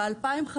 ב-2015